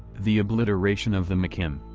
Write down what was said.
the obliteration of the mckim,